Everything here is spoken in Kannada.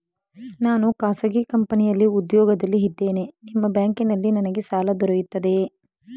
ನಾನು ಖಾಸಗಿ ಕಂಪನಿಯಲ್ಲಿ ಉದ್ಯೋಗದಲ್ಲಿ ಇದ್ದೇನೆ ನಿಮ್ಮ ಬ್ಯಾಂಕಿನಲ್ಲಿ ನನಗೆ ಸಾಲ ದೊರೆಯುತ್ತದೆಯೇ?